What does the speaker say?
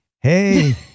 hey